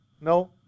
no